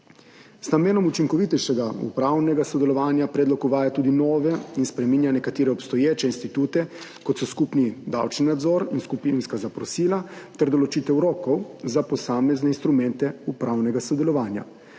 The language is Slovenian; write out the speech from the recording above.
Z namenom učinkovitejšega upravnega sodelovanja predlog uvaja tudi nove in spreminja nekatere obstoječe institute, kot so skupni davčni nadzor in skupinska zaprosila ter določitev rokov za posamezne instrumente upravnega sodelovanja.